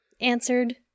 answered